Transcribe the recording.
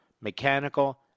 mechanical